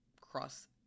cross